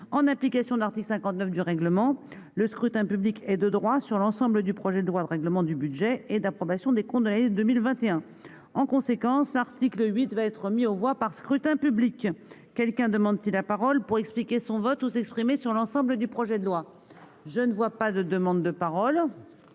en application de l'article 59 du règlement, le scrutin public et de droit sur l'ensemble du projet de loi de règlement du budget et d'approbation des condamnés 2021, en conséquence, l'article 8 va être mis aux voix par scrutin public, quelqu'un demande si la parole pour expliquer son vote aux exprimer sur l'ensemble du projet de loi, je ne vois pas de demandes de parole